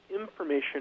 information